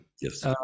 Yes